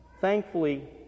Thankfully